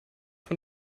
von